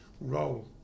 role